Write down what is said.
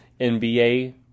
NBA